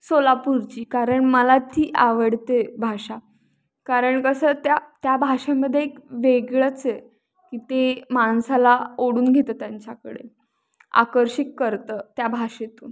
सोलापूरची कारण मला ती आवडते भाषा कारण कसं त्या त्या भाषेमध्ये एक वेगळंच आहे की ते माणसाला ओढून घेतं त्यांच्याकडे आकर्षित करतं त्या भाषेतून